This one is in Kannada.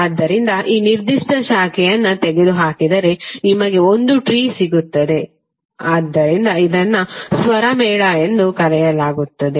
ಆದ್ದರಿಂದ ಈ ನಿರ್ದಿಷ್ಟ ಶಾಖೆಯನ್ನು ತೆಗೆದುಹಾಕಿದರೆ ನಿಮಗೆ ಒಂದು ಟ್ರೀ ಸಿಗುತ್ತದೆ ಆದ್ದರಿಂದ ಇದನ್ನು ಸ್ವರಮೇಳ ಎಂದು ಕರೆಯಲಾಗುತ್ತದೆ